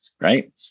Right